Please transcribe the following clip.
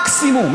מקסימום.